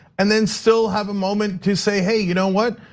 and then still have a moment to say hey, you know what,